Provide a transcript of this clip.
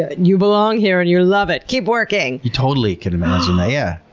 ah you belong here and you love it. keep working. you totally can imagine that. yeah.